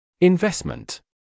Investment